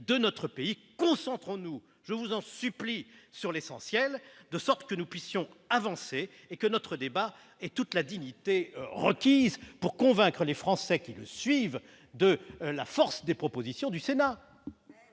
de notre pays. Je vous en supplie, concentrons-nous sur l'essentiel, de sorte que nous puissions avancer et que notre débat ait toute la dignité requise pour convaincre les Français, qui le suivent, de la force des propositions du Sénat.